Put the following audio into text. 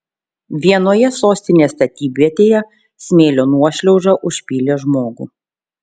vienoje sostinės statybvietėje smėlio nuošliauža užpylė žmogų